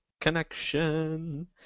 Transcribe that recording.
Connection